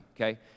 okay